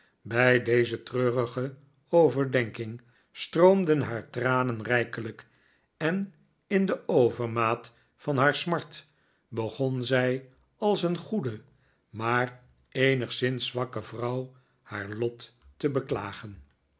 bij deze treurige overdenking stroomden haar tranen rijkelijk en in de overmaat van haar smart begon zij als een goede maar eenigszins zwakke vrouw haar lot te beklagen